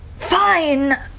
Fine